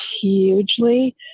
hugely